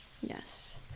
Yes